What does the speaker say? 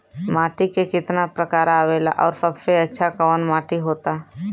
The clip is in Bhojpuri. माटी के कितना प्रकार आवेला और सबसे अच्छा कवन माटी होता?